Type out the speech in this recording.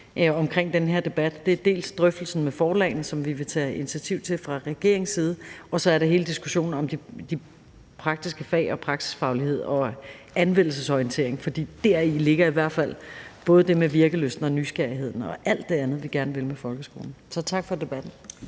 omkring den her debat dels er drøftelsen med forlagene, som vi vil tage initiativ til fra regeringens side, dels hele diskussionen om de praktiske fag og praksisfagligheden og anvendelsesorienteringen, for deri ligger i hvert fald både det med virkelysten og nysgerrigheden og alt det andet, vi gerne vil med folkeskolen. Så tak for debatten.